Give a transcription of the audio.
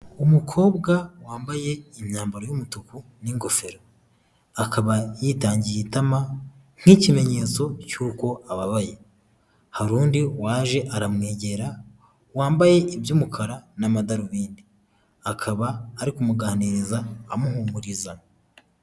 Umukobwa wambaye imyambaro y'umutuku n'ingofero. Akaba yitangiye itama nk'ikimenyetso cy'uko ababaye. Hari undi waje aramwegera, wambaye iby'umukara n'amadarubindi. Akaba ari kumuganiriza amuhumuriza.